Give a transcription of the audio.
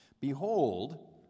Behold